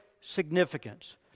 significance